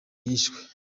yishwe